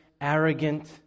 arrogant